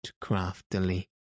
craftily